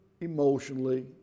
emotionally